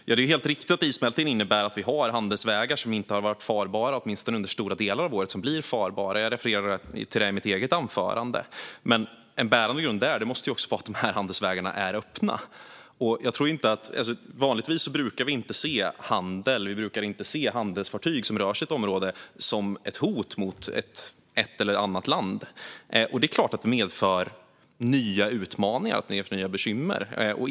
Fru talman! Det är helt riktigt att issmältningen innebär att handelsvägar som inte har varit farbara under åtminstone stora delar av året blir farbara. Jag refererade till det i mitt eget anförande. Men en bärande grund där måste vara att de handelsvägarna är öppna. Vanligtvis brukar inte handelsfartyg som rör sig i ett område ses som hot mot ett land. Det är klart att det medför nya utmaningar och nya bekymmer.